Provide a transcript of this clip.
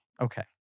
Okay